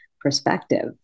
perspective